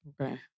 Okay